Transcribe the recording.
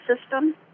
system